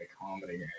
comedy